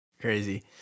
crazy